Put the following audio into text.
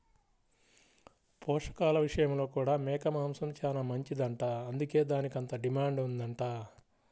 పోషకాల విషయంలో కూడా మేక మాంసం చానా మంచిదంట, అందుకే దానికంత డిమాండ్ ఉందంట